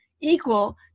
equal